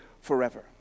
forever